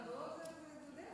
אבל אתה יודע,